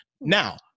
Now